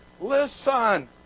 Listen